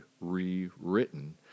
rewritten